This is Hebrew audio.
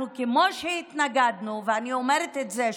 כמו שהתנגדנו, ואני אומרת את זה שוב,